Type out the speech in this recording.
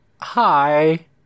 Hi